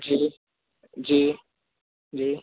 जी जी जी